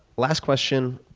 last question.